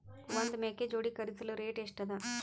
ಒಂದ್ ಮೇಕೆ ಜೋಡಿ ಖರಿದಿಸಲು ರೇಟ್ ಎಷ್ಟ ಅದ?